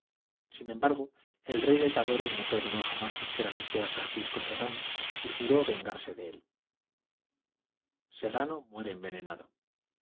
sin embargo el rey de tadore no perdonó jamás sinceramente a francisco serrano y juró vengarse de él serrano muere envenenado